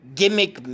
gimmick